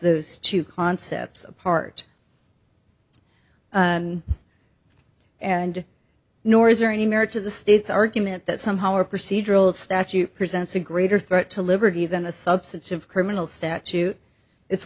those two concepts apart and and nor is there any merit to the state's argument that somehow or procedural statute presents a greater threat to liberty than a substantive criminal statute it's